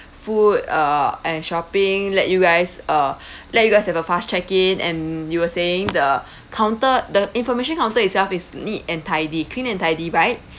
food uh and shopping let you guys uh let you guys have a fast check-in and you were saying the counter the information counter itself is neat and tidy clean and tidy right